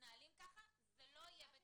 מתנהלים ככה אבל זה לא ייכנס לחוק.